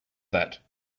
that